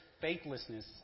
faithlessness